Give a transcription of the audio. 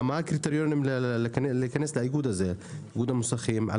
מה הקריטריונים להיכנס לאיגוד המוסכים על